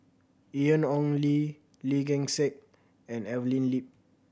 Ian Ong Li Lee Gek Seng and Evelyn Lip